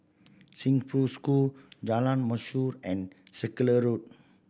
Chongfu School Jalan Mashor and Circular Road